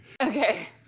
okay